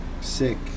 sick